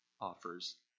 offers